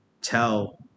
tell